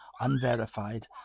unverified